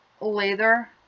leather